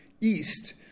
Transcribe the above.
East